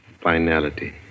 Finality